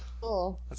cool